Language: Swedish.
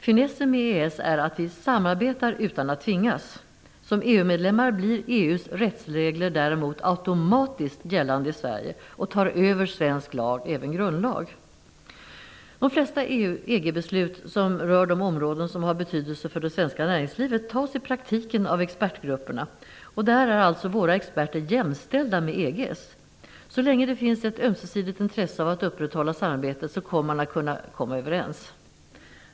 Finessen med EES är att vi samarbetar utan att tvingas. Om Sverige blir EU medlem blir EG:s rättsregler däremot automatiskt gällande i Sverige och tar över svensk lag, även grundlag. De flesta EG-beslut som rör de områden som har betydelse för det svenska näringslivet fattas i praktiken av expertgrupperna, och där är alltså våra experter jämställda med EG:s. Så länge det finns ett ömsesidigt intresse av att upprätthålla samarbetet, kommer man att kunna komma överens.